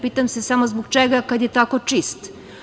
Pitam se samo zbog čega, kad je tako čist.